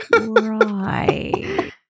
Right